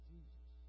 Jesus